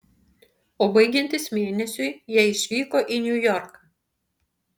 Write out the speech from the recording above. o baigiantis mėnesiui jie išvyko į niujorką